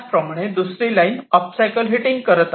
त्याच प्रमाणे दुसरी लाईन ओबस्टॅकल्स हिटिंग करत आहे